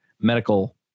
medical